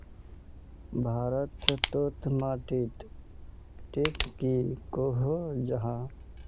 भारत तोत माटित टिक की कोहो जाहा?